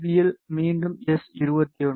பியில் மீண்டும் எஸ் 21